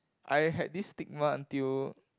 I had this stigma until